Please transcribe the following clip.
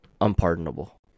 unpardonable